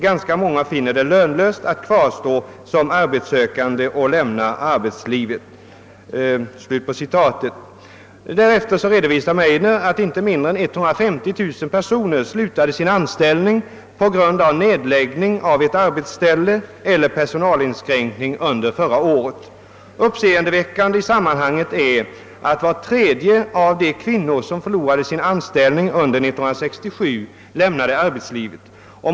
Ganska många finner det lönlöst att kvarstå som arbetssökande och lämnar arbetslivet.» Meidner redovisar därefter att inte mindre än 150 000 personer under förra året slutade sin anställning på grund av nedläggning av ett arbetsställe eller på grund av personalinskränkning. Uppseendeväckande i detta sammanhang är att var tredje av de kvinnor som förlorade sin anställning under 1967 lämnade arbetslivet.